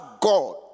God